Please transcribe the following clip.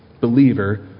believer